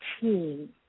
team